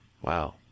Wow